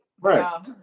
right